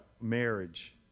marriage